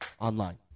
online